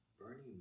Bernie